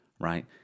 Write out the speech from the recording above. right